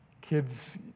kids